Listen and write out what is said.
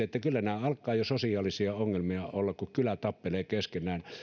että kyllä nämä alkavat jo sosiaalisia ongelmia olla kun kylä tappelee keskenään kun